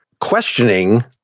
questioning